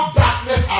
darkness